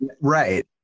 right